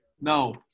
No